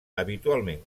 habitualment